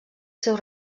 seus